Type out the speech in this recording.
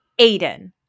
Aiden